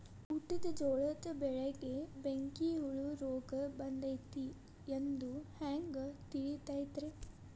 ಊಟದ ಜೋಳದ ಬೆಳೆಗೆ ಬೆಂಕಿ ಹುಳ ರೋಗ ಬಂದೈತಿ ಎಂದು ಹ್ಯಾಂಗ ತಿಳಿತೈತರೇ?